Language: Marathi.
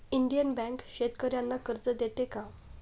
इंडियन बँक शेतकर्यांना कर्ज देते का?